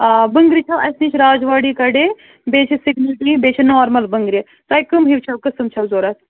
آ بنٛگٕرِ چھَو اَسہِ نِش راجواڑی کَڑے بیٚیہِ چھِ سِکمِل ٹی بیٚیہِ چھِ نارٕمَل بنٛگرِ تۄہہِ کٕم ہِوۍ قٕسم چھَو ضروٗرت